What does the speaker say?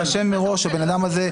אם בית משפט התרשם מראש מהבן אדם הזה,